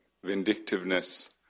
vindictiveness